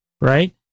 right